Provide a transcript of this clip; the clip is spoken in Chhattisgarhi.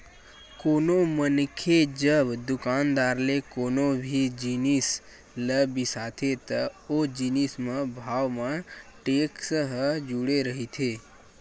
कोनो मनखे जब दुकानदार ले कोनो भी जिनिस ल बिसाथे त ओ जिनिस म भाव म टेक्स ह जुड़े रहिथे